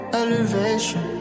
elevation